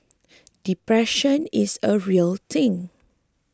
depression is a real thing